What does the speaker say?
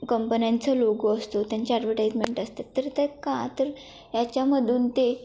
कंपन्यांचा लोगो असतो त्यांचे ॲडवर्टाईजमेंट असतात तर त्या का तर याच्यामधून ते